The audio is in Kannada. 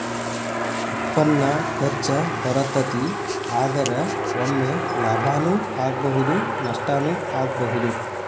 ಉತ್ಪನ್ನಾ ಹೆಚ್ಚ ಬರತತಿ, ಆದರ ಒಮ್ಮೆ ಲಾಭಾನು ಆಗ್ಬಹುದು ನಷ್ಟಾನು ಆಗ್ಬಹುದು